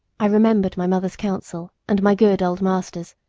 i remembered my mother's counsel and my good old master's,